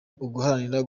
uguharanira